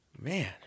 Man